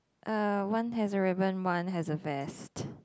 uh one has a ribbon one has a vest